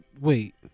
Wait